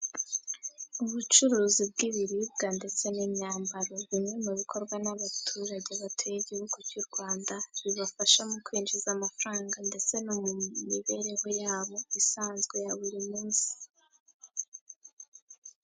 Ubucuruzi bw'ibiribwa ndetse n'imyambaro, bimwe mu bikorwa n'abaturage batuye igihugu cy'u Rwanda, bibafasha mu kwinjiza amafaranga ndetse no mu mibereho yabo isanzwe ya buri munsi.